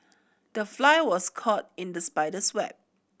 the fly was caught in the spider's web